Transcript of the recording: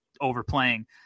overplaying